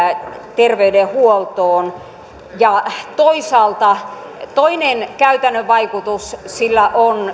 terveydenhuoltoon toisaalta toinen käytännön vaikutus sillä on